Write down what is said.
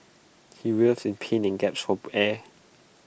he writhed in pain and gasped for air